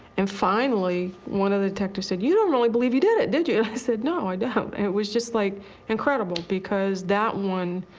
and finally, one of the detectives said, you don't really believe you did it, did you? i said, no, i don't. and it was just like incredible because that one,